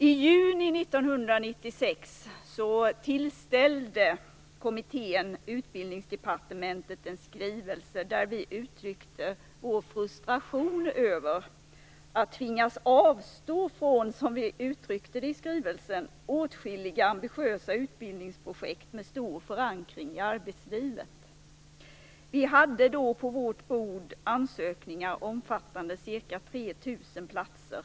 I juni 1996 tillställde vi i kommittén Utbildningsdepartementet en skrivelse, där vi uttryckte vår frustration över att tvingas avstå från, som vi uttryckte det i skrivelsen, åtskilliga ambitiösa utbildningsprojekt med stor förankring i arbetslivet. Vi hade då på vårt bord ansökningar omfattande ca 3 000 platser.